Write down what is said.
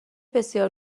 بسیار